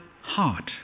heart